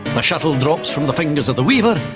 a shuttle drops from the fingers of the weaver,